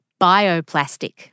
bioplastic